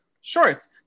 shorts